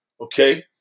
Okay